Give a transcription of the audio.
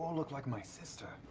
look like my sister.